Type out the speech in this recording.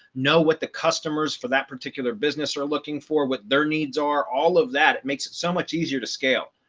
know what the customers for that particular business are looking for what their needs are all of that it makes it so much easier to scale.